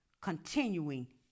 continuing